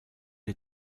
les